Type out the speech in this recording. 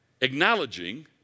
acknowledging